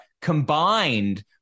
combined